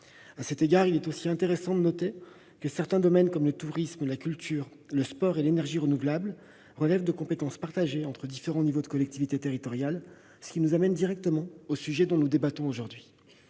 À cet égard, il est intéressant de noter que certains domaines comme le tourisme, la culture, le sport et l'énergie renouvelable relèvent de compétences partagées entre différents niveaux de collectivités territoriales, ce qui nous amène directement au sujet dont nous débattons aujourd'hui.